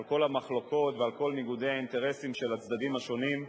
על כל המחלוקות ועל כל ניגודי האינטרסים של הצדדים השונים,